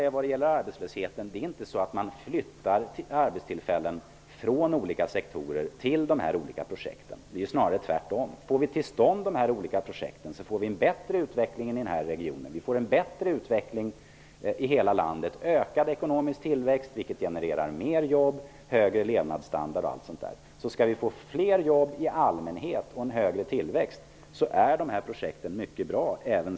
När det gäller arbetslösheten, är det inte så att arbetstillfällen flyttas från olika sektorer till de olika projekten -- det är snarare tvärtom. Om projekten kommer till stånd blir utvecklingen i regionen och i hela landet bättre. Den ekonomiska tillväxten ökar, vilket genererar mer jobb, högre levnadsstandard m.m. Även sett ur den aspekten att det skapas fler jobb i allmänhet och en högre tillväxt är de här projekten mycket bra.